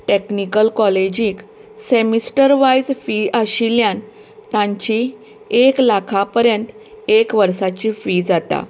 technical कॉलेजीक semester wise fee आशिल्ल्यान तांची एक लाखा पर्यंत एक वर्साची फी जाता